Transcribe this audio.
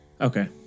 Okay